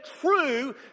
true